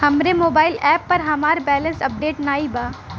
हमरे mobile app पर हमार बैलैंस अपडेट नाई बा